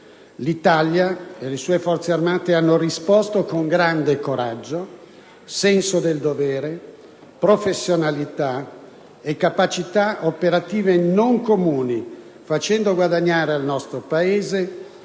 L'Italia e le sue Forze armate hanno risposto con grande coraggio, senso del dovere, professionalità e capacità operative non comuni, facendo guadagnare al nostro Paese